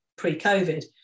pre-COVID